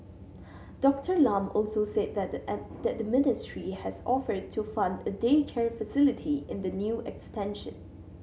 Doctor Lam also said that the ministry has offered to fund a daycare facility in the new extension